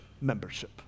membership